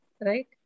right